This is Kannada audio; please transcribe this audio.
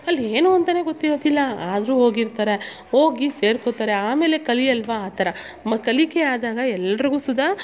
ಅಲ್ಲೇನು ಅಂತಲೆ ಗೊತ್ತಿರೋದಿಲ್ಲ ಆದರು ಹೋಗಿರ್ತರೆ ಹೋಗಿ ಸೇರ್ಕೊತಾರೆ ಆಮೇಲೆ ಕಲಿಯಲ್ಲವ ಆ ಥರ ಮ ಕಲಿಕೆ ಆದಾಗ ಎಲ್ಲರಿಗು ಸುದ